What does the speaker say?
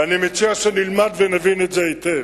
ואני מציע שנלמד ונבין את זה היטב.